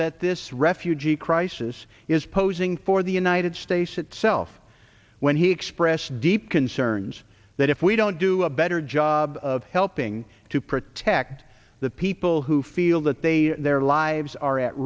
that this refugee crisis is posing for the united states itself when he expressed deep concerns that if we don't do a better job of helping to protect the people who feel that they their lives are at